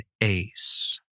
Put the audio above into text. ace